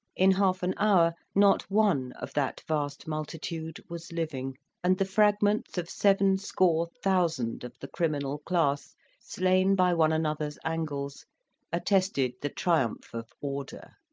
in half an hour not one of that vast multitude was living and the fragments of seven score thousand of the criminal class slain by one another's angles attested the triumph of order.